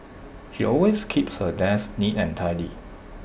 she always keeps her desk neat and tidy